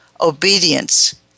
obedience